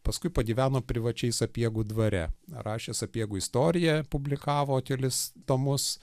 paskui pagyveno privačiai sapiegų dvare rašė sapiegų istoriją publikavo kelis tomus